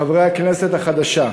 חברי הכנסת החדשה,